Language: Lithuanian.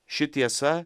ši tiesa